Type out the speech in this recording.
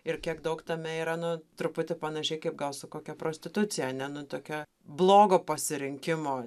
ir kiek daug tame yra nu truputį panašiai kaip gal su kokia prostitucija ane nu tokia blogo pasirinkimo